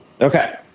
okay